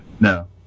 No